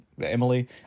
Emily